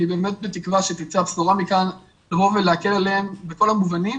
אני באמת בתקווה שתצא הבשורה מכאן לבוא ולהקל עליהם בכל המובנים,